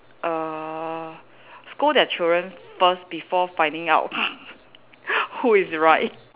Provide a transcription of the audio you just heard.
err scold their children first before finding out who is right